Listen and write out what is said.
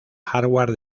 hardware